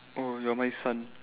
oh you're my sun